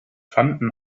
fanden